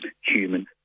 human